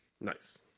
nice